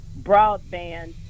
broadband